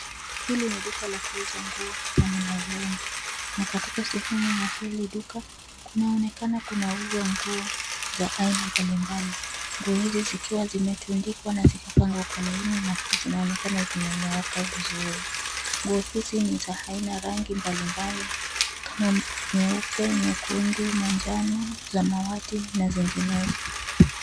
Hili ni duka la kuuza nguo, na ni la urembo. Katika sehemu ya hili duka, kunaonekana kunauzwa nguo za aina mbalimbali. Nguo hizi zikiwa zimetandikwa na kupangwa kwa laini, zinaonekana zimenyooka vizuri. Nguo hizi ni za aina na rangi mbalimbali kama nyeupe, nyekundu, manjano, samawati na zinginezo.